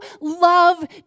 love